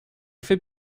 fait